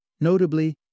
Notably